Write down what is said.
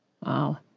Wow